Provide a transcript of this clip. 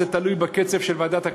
זה תלוי בקצב של ועדת הכלכלה,